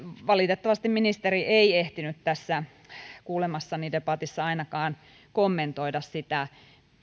valitettavasti ministeri ei ehtinyt tässä kuulemassani debatissa ainakaan kommentoida sitä